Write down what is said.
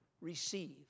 receive